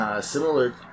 Similar